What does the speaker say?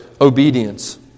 obedience